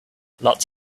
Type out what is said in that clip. lots